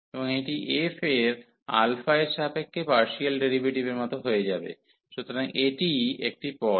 এবং এটি f এর এর সাপেক্ষে পার্সিয়াল ডেরিভেটিভের মতো হয়ে যাবে সুতরাং এটিই একটি পদ